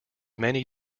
many